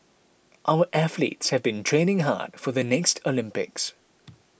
our athletes have been training hard for the next Olympics